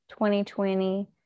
2020